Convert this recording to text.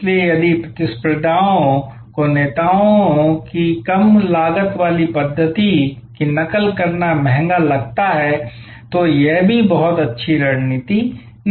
इसलिए यदि प्रतिस्पर्धियों को नेताओं की कम लागत वाली पद्धति की नकल करना कम महंगा लगता है तो यह भी एक बहुत अच्छी रणनीति नहीं है